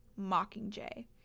Mockingjay